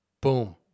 Boom